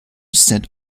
set